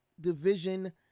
division